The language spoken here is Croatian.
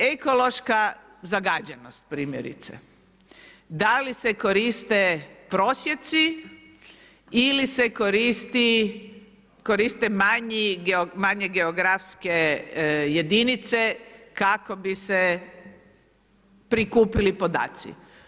Ekološka zagađenost, primjerice, da li se koriste prosjeci ili se koriste manje geografske jedinice kako bi se prikupili podaci.